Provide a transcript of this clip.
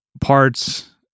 parts